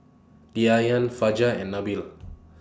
Diyana Fajar and Nabil